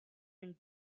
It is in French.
une